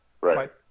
Right